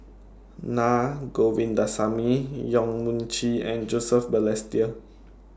Na Govindasamy Yong Mun Chee and Joseph Balestier